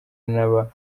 n’aba